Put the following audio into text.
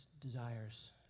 desires